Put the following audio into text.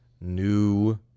new